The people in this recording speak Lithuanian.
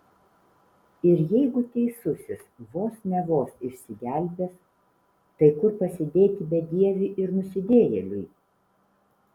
ir jeigu teisusis vos ne vos išsigelbės tai kur pasidėti bedieviui ir nusidėjėliui